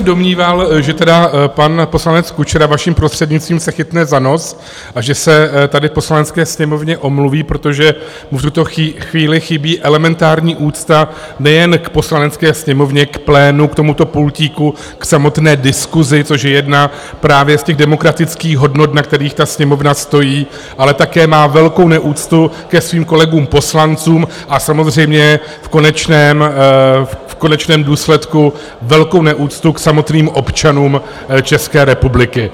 Domníval jsem se, že pan poslanec Kučera, vaším prostřednictvím, se chytne za nos a že se tady Poslanecké sněmovně omluví, protože mu v tuto chvíli chybí elementární úcta nejen k Poslanecké sněmovně, k plénu, k tomuto pultíku, k samotné diskusi, což je právě jedna z demokratických hodnot, na kterých Sněmovna stojí, ale také má velkou neúctu ke svým kolegům poslancům a samozřejmě v konečném důsledku velkou neúctu k samotným občanům České republiky.